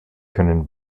können